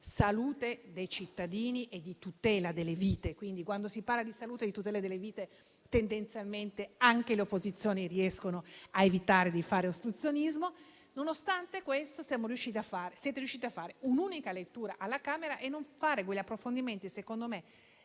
salute dei cittadini e di tutela delle vite e, quando si parla di questo, tendenzialmente anche le opposizioni riescono ad evitare di fare ostruzionismo. Nonostante questo, siete riusciti a fare un'unica lettura alla Camera e a non fare quegli approfondimenti secondo me